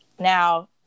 Now